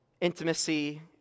intimacy